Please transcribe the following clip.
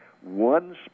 one